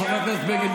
חבר הכנסת בגין,